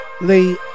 Lee